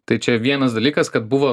tai čia vienas dalykas kad buvo